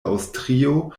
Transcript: aŭstrio